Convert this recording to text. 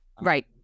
right